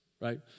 right